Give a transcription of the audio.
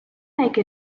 make